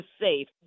safe